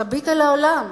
תביט על העולם.